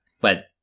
But-